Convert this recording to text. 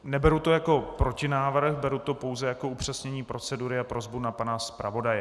Neberu to jako protinávrh, beru to pouze jako upřesnění procedury a prosbu na pana zpravodaje.